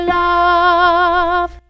love